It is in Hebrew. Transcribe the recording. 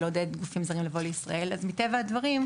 לעודד גופים זרים לבוא לישראל אז מטבע הדברים,